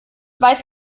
weiß